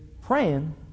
Praying